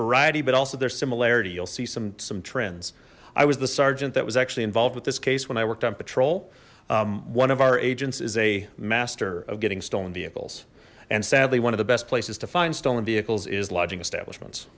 variety but also their similarity you'll see some some trends i was the sergeant that was actually involved with this case when i worked on patrol one of our agents is a master of getting stolen vehicles and sadly one of the best places to find stolen vehicles is lodging establishment